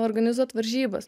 organizuot varžybas